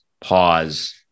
pause